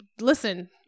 listen